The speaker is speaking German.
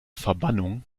verbannung